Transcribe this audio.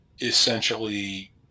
Essentially